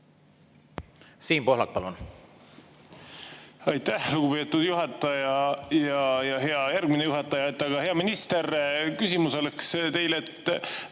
Siim Pohlak, palun! Aitäh, lugupeetud juhataja! Hea järgmine juhataja! Hea minister! Küsimus oleks teile